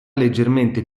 leggermente